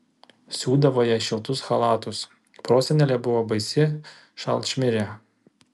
siūdavo jai šiltus chalatus prosenelė buvo baisi šalčmirė